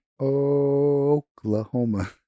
Oklahoma